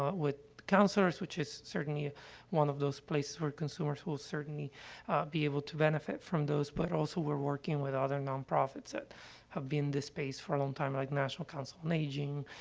ah with counselors, which is certainly one of those places where consumers will certainly be able to benefit from those, but also, we're working with other nonprofits that have been in this space for a long time, like national council on aging,